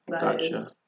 Gotcha